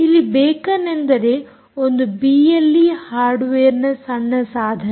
ಇಲ್ಲಿ ಬೇಕನ್ ಅಂದರೆ ಒಂದು ಬಿಎಲ್ಈ ಹಾರ್ಡ್ವೇರ್ನ ಸಣ್ಣ ಸಾಧನ